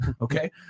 Okay